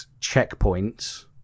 checkpoints